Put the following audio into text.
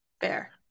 Fair